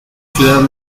ciudad